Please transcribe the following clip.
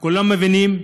וכולם מבינים,